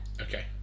Okay